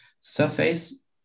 surface